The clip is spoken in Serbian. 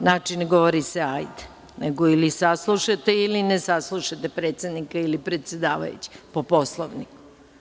Znači, ne govori se „ajde“, nego ili saslušate ili ne saslušate predsednika ili predsedavajućeg po Poslovniku.